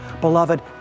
beloved